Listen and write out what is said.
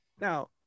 Now